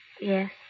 Yes